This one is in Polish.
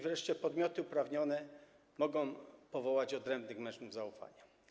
Wreszcie podmioty uprawnione mogą powołać odrębnych mężów zaufania.